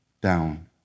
down